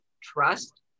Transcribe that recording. Trust